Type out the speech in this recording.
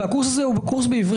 והקורס הזה הוא בעברית,